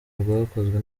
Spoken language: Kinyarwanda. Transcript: rwakozwe